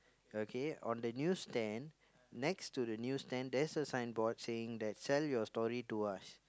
okay on the news stand next to the news stand there's a signboard saying that sell your story to us